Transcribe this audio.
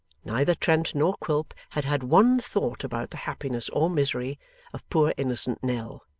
neither trent nor quilp had had one thought about the happiness or misery of poor innocent nell.